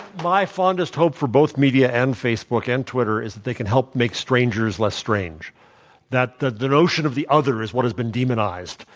my fondest hope for both media, and facebook, and twitter, is that they can help make strangers less strange that the the notion of the other is what has been demonized,